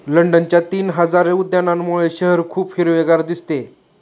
लंडनच्या तीन हजार उद्यानांमुळे शहर खूप हिरवेगार दिसते